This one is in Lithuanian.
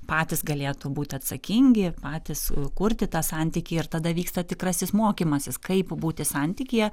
patys galėtų būti atsakingi patys kurti tą santykį ir tada vyksta tikrasis mokymasis kaip būti santykyje